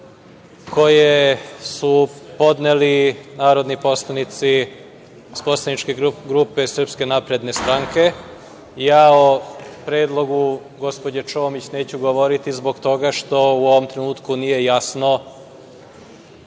koje su podneli narodni poslanici iz poslaničke grupe Srpske napredne stranke. Ja o predlogu gospođe Čomić neću govoriti zbog toga što u ovom trenutku nije jasno